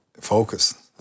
focus